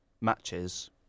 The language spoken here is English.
matches